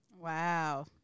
Wow